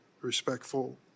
respectful